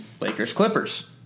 Lakers-Clippers